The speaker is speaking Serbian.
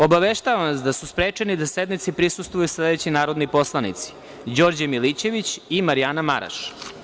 Obaveštavam vas da su sprečeni da sednici prisustvuju sledeći narodni poslanici: Đorđe Milićević i Marjana Maraš.